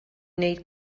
wneud